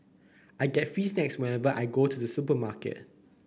I get free snacks whenever I go to the supermarket